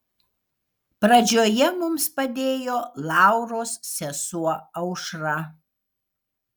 pradžioje mums padėjo lauros sesuo aušra